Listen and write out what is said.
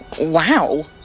Wow